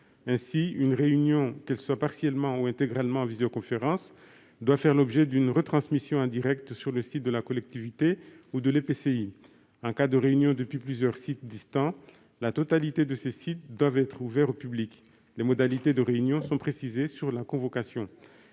Ainsi, une réunion, qu'elle soit partiellement ou intégralement tenue par visioconférence, doit faire l'objet d'une retransmission en direct sur le site de la collectivité ou de l'EPCI. En cas de réunions tenues depuis plusieurs sites distants, tous ces sites doivent être ouverts au public. Les modalités d'organisation des réunions sont précisées sur la convocation